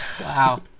Wow